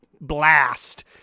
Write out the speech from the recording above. blast